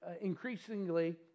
increasingly